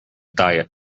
diet